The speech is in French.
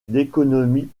d’économie